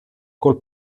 cole